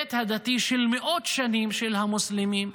בהיבט הדתי, של מאות שנים של המוסלמים,